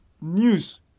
news